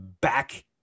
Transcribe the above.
back